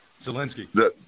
Zelensky